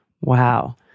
Wow